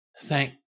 Thank